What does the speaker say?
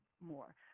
more